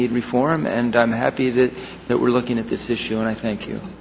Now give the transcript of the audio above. need reform and i'm happy that we're looking at this issue and i thank you